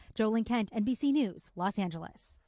jo ling kent, nbc news, los angeles.